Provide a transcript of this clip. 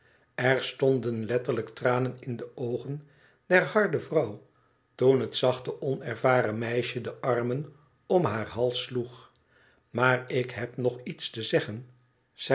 r stonden letterlijk tranen in de oogen der harde vrouw toen het zachte onervaren meisje de armen om haar hals sloeg maar ik heb nog iets te zeggen